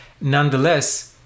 Nonetheless